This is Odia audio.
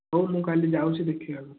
ହେଉ ମୁଁ କାଲି ଯାଉଛି ଦେଖିବାକୁ